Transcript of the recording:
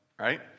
right